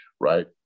right